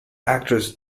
actress